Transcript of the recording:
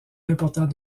important